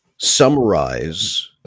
summarize